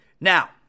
Now